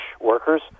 workers